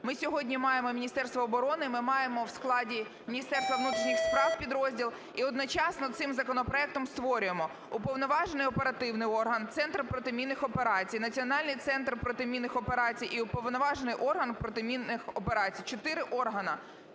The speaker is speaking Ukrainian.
Ми сьогодні маємо Міністерство оброни, ми маємо в складі Міністерства внутрішніх справ підрозділ і одночасно цим законопроектом створюємо уповноважений оперативний орган, центр протимінних операцій, Національний центр протимінних операцій і уповноважений орган протимінних операцій – чотири органи.